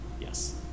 yes